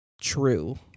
true